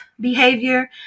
behavior